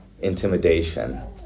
intimidation